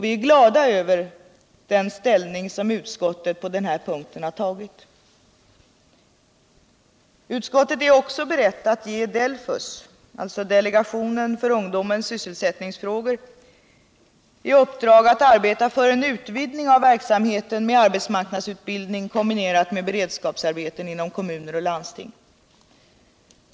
Vi är glada över den ställning som utskottet på den här punkten har tagit. Utskottet är också berett att ge Delfus — Delegationen för ungdomens sysselsättningsfrågor — i uppdrag att arbeta för en utvidgning av verksamheten med arbetsmarknadsutbildning kombinerad med beredskapsarbeten inom kommuner och landsting.